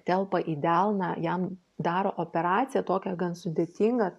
telpa į delną jam daro operaciją tokią gan sudėtingą